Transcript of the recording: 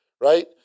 right